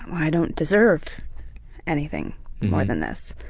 i don't deserve anything more than this.